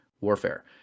Warfare